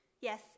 Yes